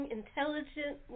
intelligent